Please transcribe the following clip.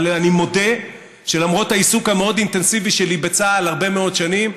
אבל אני מודה שלמרות העיסוק המאוד-אינטנסיבי שלי בצה"ל הרבה מאוד שנים,